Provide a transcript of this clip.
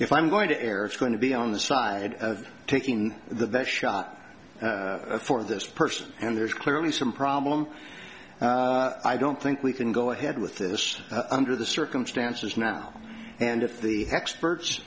if i'm going to err it's going to be on the side of taking the best shot for this person and there's clearly some problem i don't think we can go ahead with this under the circumstances now and if the experts